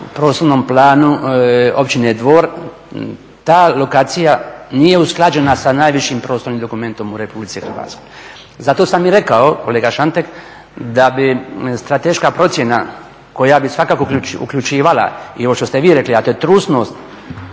u prostornom planu Općine Dvor ta lokacija nije usklađena sa najvišim prostornim dokumentom u RH. Zato sam i rekao, kolega Šantek, da bi strateška procjena koja bi svakako uključivala i ovo što ste vi rekli dakle trusnost,